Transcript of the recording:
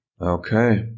Okay